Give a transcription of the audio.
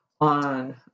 on